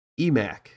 EMAC